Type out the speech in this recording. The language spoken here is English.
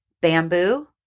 bamboo